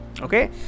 Okay